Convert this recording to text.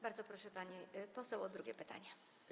Bardzo proszę panią poseł o drugie pytanie.